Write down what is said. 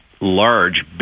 large